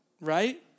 right